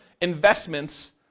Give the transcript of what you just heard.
investments